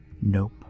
Nope